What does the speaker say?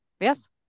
Yes